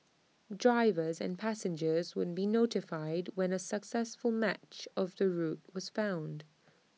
drivers and passengers would be notified when A successful match of the route was found